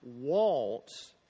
wants